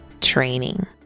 training